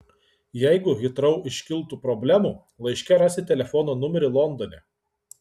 jeigu hitrou iškiltų problemų laiške rasit telefono numerį londone